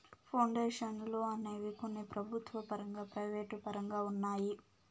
పౌండేషన్లు అనేవి కొన్ని ప్రభుత్వ పరంగా ప్రైవేటు పరంగా ఉన్నాయి